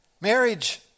Marriage